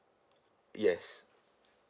yes